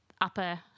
upper